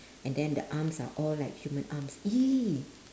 and then the arms are all like human arms !ee!